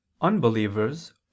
Unbelievers